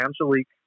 Angelique